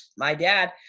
my dad,